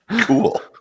Cool